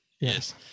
Yes